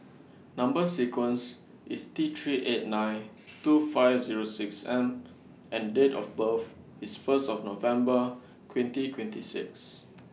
Number sequence IS T three eight nine two five Zero six M and Date of birth IS First of November twenty twenty six